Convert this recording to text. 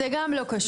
זה גם לא קשור,